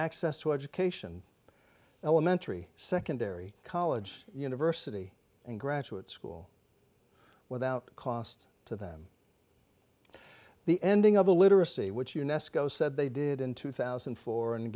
access to education elementary secondary college university and graduate school without cost to them the ending of a literacy which unesco said they did in two thousand and four and